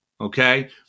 okay